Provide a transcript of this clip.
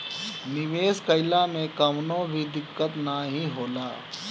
निवेश कइला मे कवनो भी दिक्कत नाइ होला